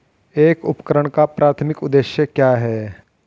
एक उपकरण का प्राथमिक उद्देश्य क्या है?